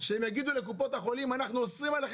שהם יגידו לקופות החולים שאוסרים עליהן